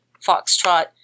Foxtrot